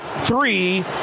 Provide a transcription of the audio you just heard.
three